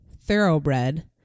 Thoroughbred